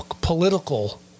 political